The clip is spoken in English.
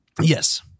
Yes